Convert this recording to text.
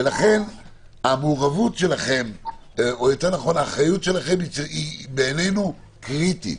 לכן האחריות שלכם היא בעינינו קריטית.